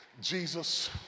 Jesus